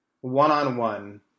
one-on-one